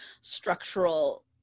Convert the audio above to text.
structural